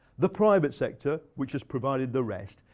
the private sector, which has provided the rest,